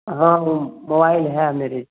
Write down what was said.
हाँ मोबाइल है मेरी